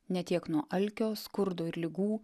ne tiek nuo alkio skurdo ir ligų